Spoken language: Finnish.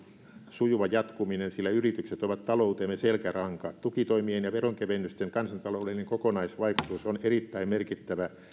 sujuva jatkuminen sillä yritykset ovat taloutemme selkäranka tukitoimien ja veronkevennysten kansantaloudellinen kokonaisvaikutus on erittäin merkittävä